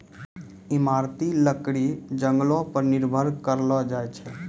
इमारती लकड़ी जंगलो पर निर्भर करलो जाय छै